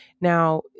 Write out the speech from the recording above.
Now